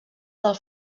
del